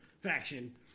faction